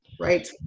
Right